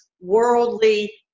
worldly